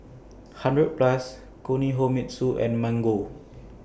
hundred Plus Kinohimitsu and Mango